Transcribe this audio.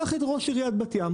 קח את ראש עיריית בת ים